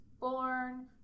born